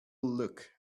look